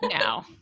No